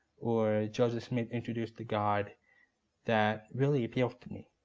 or joseph smith introduced a god that really appeals to me.